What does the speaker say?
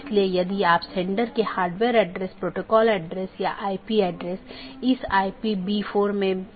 इसलिए पड़ोसियों की एक जोड़ी अलग अलग दिनों में आम तौर पर सीधे साझा किए गए नेटवर्क को सूचना सीधे साझा करती है